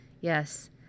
Yes